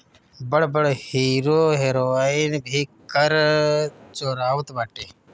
बड़ बड़ hero heroine भी कर चोरावत बाटे